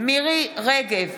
רגב,